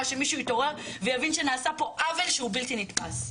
שמישהו יתעורר ויבין שנעשה פה עוול שהוא בלתי נתפס.